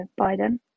Biden